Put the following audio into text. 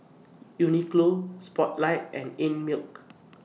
Uniqlo Spotlight and Einmilk